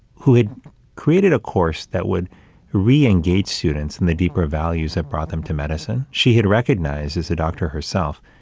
who had created a course that would re-engage students in the deeper values that brought them to medicine. she had recognized as a doctor herself,